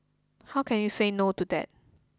how can you say no to that